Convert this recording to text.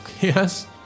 yes